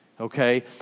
okay